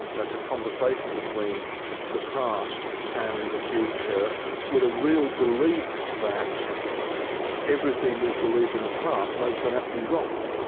that's a conversation between the past and the future with a real belief that everything we've believed in the past may turn out to be wrong